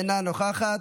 אינה נוכחת.